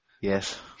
yes